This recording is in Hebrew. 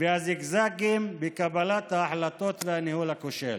והזיגזגים בקבלת ההחלטות והניהול הכושל.